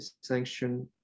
sanction